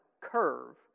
curve